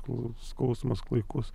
kol skausmas klaikus